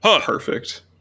perfect